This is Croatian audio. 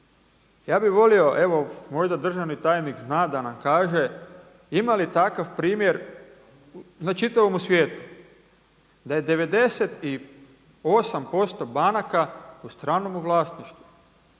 Ja bih volio evo možda državni tajnik zna da nam kaže ima li takav primjer na čitavomu svijetu, da je 98% banaka u stranom vlasništvu.